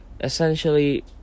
Essentially